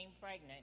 pregnant